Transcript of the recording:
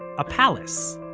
a palace.